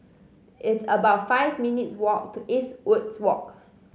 it's about five minutes' walk to Eastwood Walk